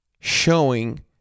showing